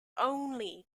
only